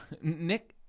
Nick